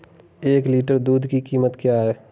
एक लीटर दूध की कीमत क्या है?